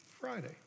Friday